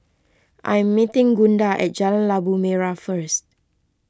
I am meeting Gunda at Jalan Labu Merah first